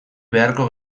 beharko